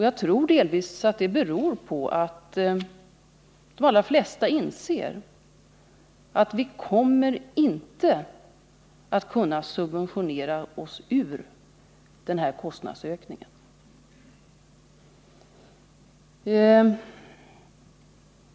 Jag tror att det delvis beror på att de allra flesta inser att vi inte kommer att kunna subventionera oss ur den här kostnadsökningen.